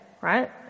right